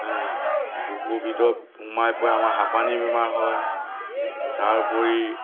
বুকুৰ ভিতৰত আমাৰ হাপানি বেমাৰ হয় তাৰ ওপৰি